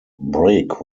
brake